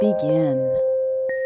begin